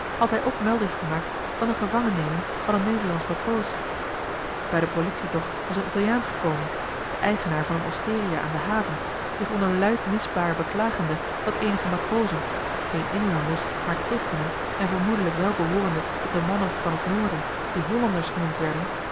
hij ook melding gemaakt van de gevangenneming van een nederlandsch matroos bij de politie toch was een italiaan gekomen de eigenaar van een osteria aan de haven zich onder luid misbaar beklagende dat eenige matrozen geen inlanders maar christenen en vermoedelijk wel behoorende tot de mannen van het noorden die hollanders genoemd werden